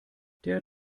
der